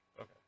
okay